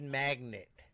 magnet